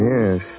Yes